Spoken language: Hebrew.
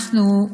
אנחנו,